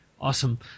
Awesome